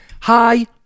Hi